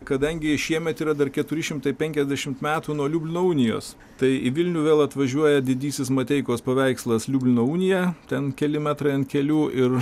kadangi šiemet yra dar keturi šimtai penkiasdešimt metų nuo liublino unijos tai į vilnių vėl atvažiuoja didysis mateikos paveikslas liublino unija ten keli metrai ant kelių ir